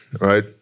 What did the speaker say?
right